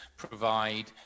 provide